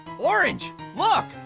orange, look.